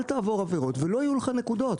אל תעבור עבירות ולא יהיו לך נקודות.